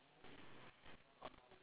oh ya and it's quite like